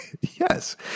Yes